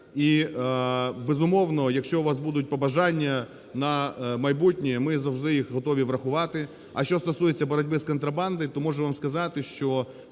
І, безумовно, якщо у вас будуть побажання на майбутнє, ми завжди їх готові врахувати. А що стосується боротьби з контрабандою, то можу вам сказати, що,